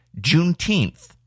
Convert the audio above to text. Juneteenth